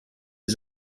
les